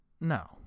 no